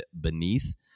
beneath